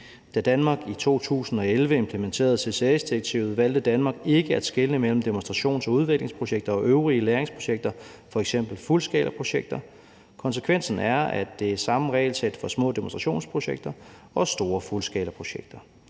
Da Danmark i 2011 implementerede CCS-direktivet, valgte Danmark ikke at skelne mellem demonstrations- og udviklingsprojekter og øvrige lagringsprojekter, f.eks. fuldskalaprojekter. Konsekvensen er, at der er det samme regelsæt for små demonstrationsprojekter og store fuldskalaprojekter.